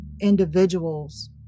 individuals